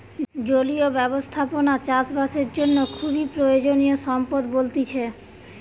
জলীয় ব্যবস্থাপনা চাষ বাসের জন্য খুবই প্রয়োজনীয় সম্পদ বলতিছে